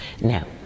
Now